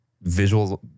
visual